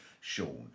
Sean